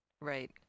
Right